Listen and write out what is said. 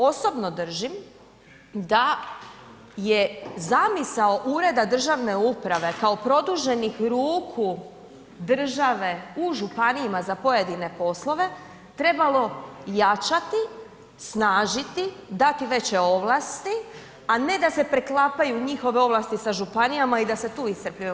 Osobno držim da je zamisao ureda državne uprave kao produženih ruku države u županijama za pojedine poslove trebalo jačati, snažiti, dati veće ovlasti, a ne da se preklapaju njihove ovlasti sa županijama i da se tu iscrpljuju.